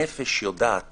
הנפש יודעת